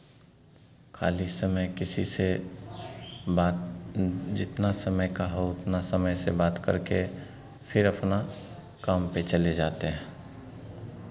खाली समय किसी से बात जितना समय का हो उतना समय से बात करके फिर अपना काम पे चले जाते हैं